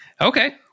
Okay